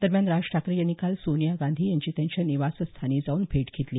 दरम्यान राज ठाकरे यांनी काल सोनिया गांधी यांची त्यांच्या निवासस्थानी जाऊन भेट घेतली